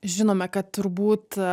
žinome kad turbūt